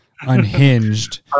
unhinged